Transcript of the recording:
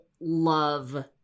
love